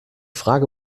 frage